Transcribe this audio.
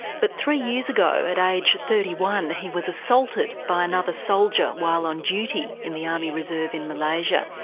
but three years ago at age thirty one he was assaulted by another soldier while on duty in the army reserve in malaysia.